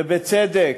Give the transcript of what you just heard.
ובצדק.